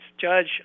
judge